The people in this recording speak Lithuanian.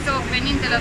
tiesiog vienintelė